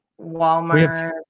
Walmart